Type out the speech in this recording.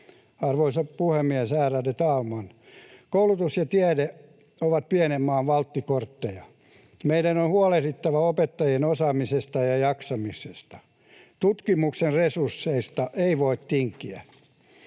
Arvoisa puhemies, ärade talman! Koulutus ja tiede ovat pienen maan valttikortteja. Meidän on huolehdittava opettajien osaamisesta ja jaksamisesta. Tutkimuksen resursseista ei voi tinkiä.